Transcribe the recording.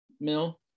mill